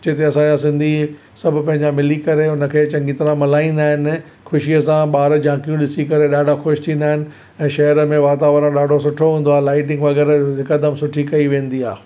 जिते असांजा सिंधी सभु पंहिंजा मिली करे उनखे चङी तरहि मल्हाईंदा आहिनि ख़ुशीअ सां ॿार झांकियूं ॾिसी करे ॾाढा ख़ुशि थींदा आहिनि ऐं शहर में वातावरण ॾाढो सुठो हूंदो आहे लाइटिंग वग़ैरह हिकदमि सुठी कई वेंदी आहे